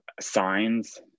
signs